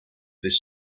this